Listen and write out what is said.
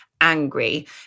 angry